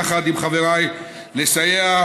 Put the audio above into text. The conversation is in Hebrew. יחד עם חבריי לסיעה,